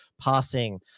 passing